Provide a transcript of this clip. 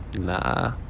Nah